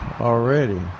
already